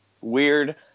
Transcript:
weird